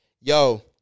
Yo